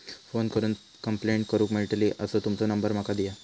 Phone करून complaint करूक मेलतली असो तुमचो नंबर माका दिया?